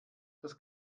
dass